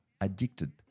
addicted